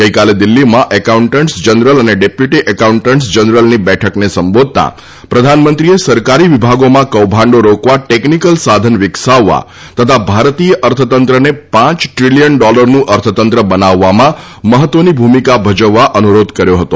ગઈકાલે દિલ્હીમાં accountants general અને ડેપ્યુટી એકાઉન્ટન્ટ્સ જનરલની બેઠકને સંબોધતા પ્રધાનમંત્રીએ સરકારી વિભાગોમાં કૌભાંડો રોકવા ટેકનીકલ સાધન વિકસાવવા તથા ભારતીય અર્થતંત્રને પાંચ દ્રિલિયન ડોલરનું અર્થતંત્ર બનાવવામાં મહત્વની ભૂમિકા ભજવવા અનુરોધ કર્યો હતો